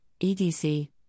EDC